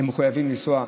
הם מחויבים לנסוע בכביש,